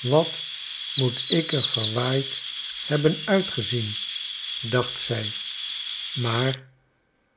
wat moet ik er verwaaid hebben uitgezien dacht zij maar